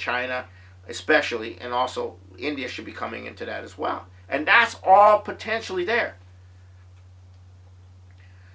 china especially and also india should be coming into that as well and ask all potentially their